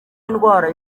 indwara